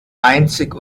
einzig